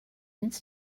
needs